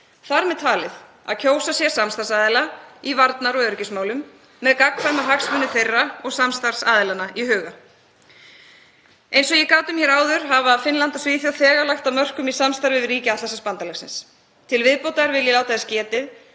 þar með talið að kjósa sér samstarfsaðila í varnar- og öryggismálum með gagnkvæma hagsmuni þeirra og samstarfsaðilanna í huga. Eins og ég gat um áður hafa Finnland og Svíþjóð þegar lagt af mörkum í samstarfi við ríki Atlantshafsbandalagsins. Eins til viðbótar vil ég láta þess getið